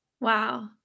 Wow